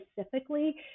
specifically